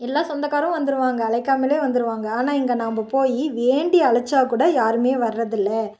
எல்லா சொந்தக்காரும் வந்துடுவாங்க அழைக்காமலே வந்துடுவாங்க ஆனால் இங்கே நாம் போய் வேண்டி அழைச்சாக்கூட யாருமே வரதில்லை